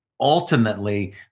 Ultimately